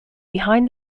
behind